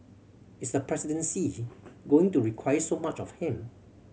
is the presidency going to require so much of him